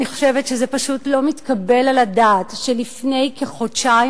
אני חושבת שזה פשוט לא מתקבל על הדעת שלפני כחודשיים,